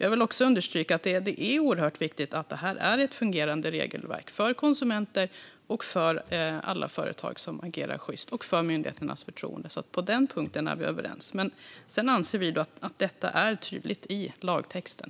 Jag vill understryka att det är oerhört viktigt att det är ett fungerande regelverk för konsumenter, för alla företag som agerar sjyst och för myndigheternas förtroende. På den punkten är vi överens. Vi anser att detta är tydligt i lagtexten.